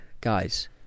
Guys